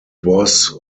was